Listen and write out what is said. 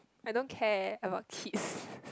I don't care about kids